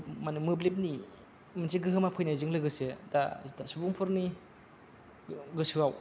मो माने मोब्लिबनि मोनसे गोहोमा फैनायजों लोगोसे दा सुबुंफोरनि गोसोआव